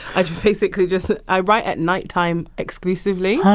i basically just i write at night time exclusively.